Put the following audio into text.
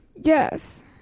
Yes